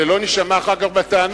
ולא נישמע אחר כך בטענה